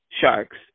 sharks